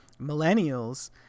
millennials